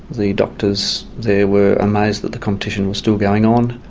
the doctors there were amazed that the competition was still going on.